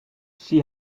she